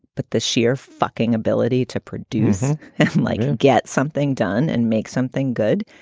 but the sheer fucking ability to produce like and get something done and make something good.